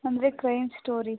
ಅಂದರೆ crime story